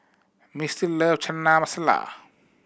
Mistie love Chana Masala